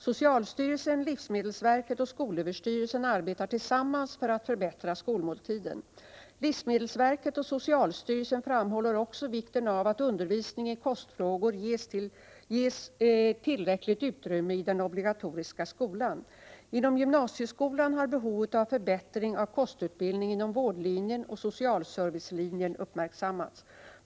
Socialstyrelsen, livsmedelsverket och skolöverstyrelsen arbetar tillsammans för att förbättra skolmåltiden. Livsmedelsverket och socialstyrelsen framhåller också vikten av att undervisning i kostfrågor ges tillräckligt utrymme i den obligatoriska skolan. Inom gymnasieskolan har behovet av en förbättring av kostutbildning inom vårdlinjen och socialservicelinjen uppmärksammats.